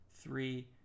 three